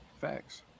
Facts